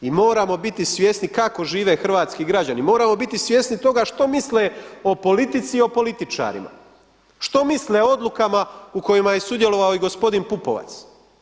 I moramo biti svjesni kako žive hrvatski građani, moramo biti svjesni toga što misle o politici i o političarima, što misle o odlukama u kojima je sudjelovao i gospodin Pupovac?